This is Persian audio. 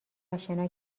آشنا